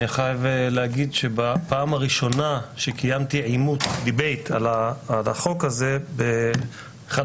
אני חייב להגיד שבפעם הראשונה שקיימתי דיבייט על החוק הזה באחד